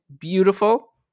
beautiful